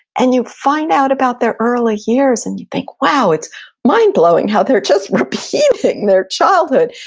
and you find out about their early years, and you think, wow. it's mind-blowing how they're just repeating their childhood.